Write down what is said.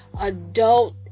adult